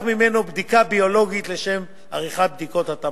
ממנו בדיקה ביולוגית לשם עריכת בדיקות התאמה.